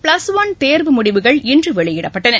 plus one தேர்வு முடிவுகள் இன்று வெளியிடப்பட்டன